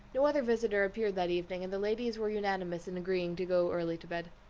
no other visitor appeared that evening, and the ladies were unanimous in agreeing to go early to bed.